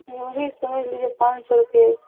यूँ ही समझ लिजिए पाँच सौ रुपये